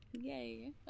Yay